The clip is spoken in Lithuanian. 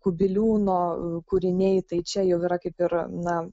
kubiliūno kūriniai tai čia jau yra kaip ir na